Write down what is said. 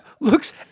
Looks